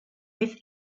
with